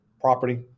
property